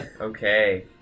Okay